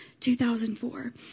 2004